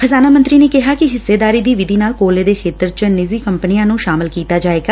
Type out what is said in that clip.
ਖ਼ਜ਼ਾਨਾ ਮੰਤਰੀ ਨੇ ਕਿਹਾ ਕਿ ਹਿੱਸੇਦਾਰੀ ਦੀ ਵਿਧੀ ਨਾਲ ਕੋਲੇ ਦੇ ਖੇਤਰ ਚ ਨਿੱਜੀ ਕੰਪਨੀਆਂ ਨੂੰ ਸ਼ਾਮਲ ਕੀਤਾ ਜਾਏਗਾ